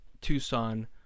Tucson